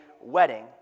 wedding